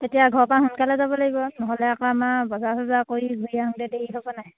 তেতিয়া ঘৰৰপৰা সোনকালে যাব লাগিব নহ'লে আকৌ আমাৰ বজাৰ চজাৰ কৰি ঘূৰি আহোঁতে দেৰি হ'ব নাই